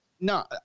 no